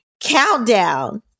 countdown